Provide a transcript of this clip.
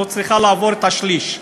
לא צריכה לעבור את השליש,